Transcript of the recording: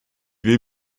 will